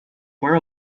for